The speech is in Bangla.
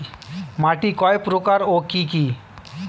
মাটি কয় প্রকার ও কি কি?